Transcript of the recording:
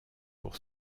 pour